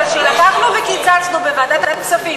אבל כשלקחנו וקיצצנו בוועדת הכספים